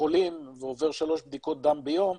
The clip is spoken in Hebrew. החולים ועובר שלוש בדיקות דם ביום,